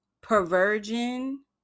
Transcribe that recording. perversion